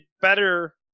better